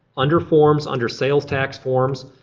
under forms, under sales tax forms,